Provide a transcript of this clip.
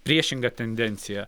priešinga tendencija